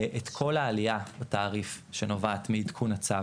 את כל העלייה בתעריף שנובעת מעדכון הצו